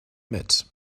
mit